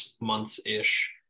months-ish